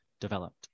developed